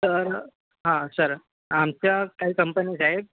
तर हां सर आमच्या काही कंपनीज आहेत